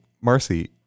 Marcy